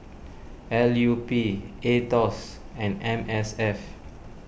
L U P Aetos and M S F